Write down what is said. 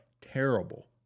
terrible